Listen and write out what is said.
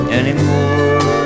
anymore